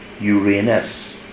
Uranus